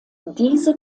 diese